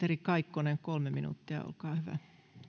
ministeri kaikkonen kolme minuuttia olkaa hyvä